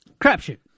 Crapshoot